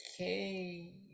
okay